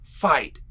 fight